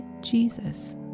Jesus